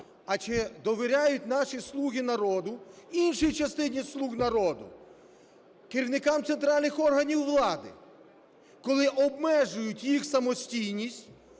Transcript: А чи довіряють наші "слуги народу" іншій частині "слуг народу" – керівникам центральних органів влади, коли обмежують їх самостійність,